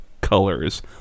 colors